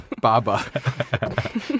Baba